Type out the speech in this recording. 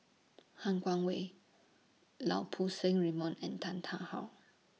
Han Guangwei Lau Poo Seng Raymond and Tan Tarn How